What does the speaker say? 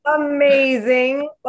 amazing